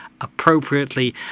appropriately